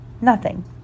Nothing